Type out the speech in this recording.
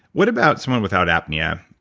what about someone without apnea,